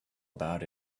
about